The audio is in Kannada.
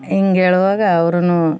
ಹೀಗೆ ಹೇಳುವಾಗ ಅವರೂನು